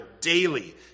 daily